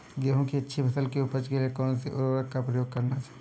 गेहूँ की अच्छी फसल की उपज के लिए कौनसी उर्वरक का प्रयोग करना चाहिए?